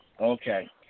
Okay